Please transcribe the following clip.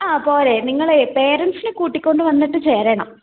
ആ പോര് നിങ്ങൾ പേരൻസിനെ കൂട്ടികൊണ്ടു വന്നിട്ട് ചേരണം